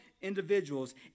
individuals